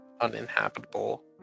uninhabitable